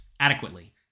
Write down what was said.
adequately